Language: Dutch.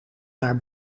naar